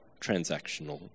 transactional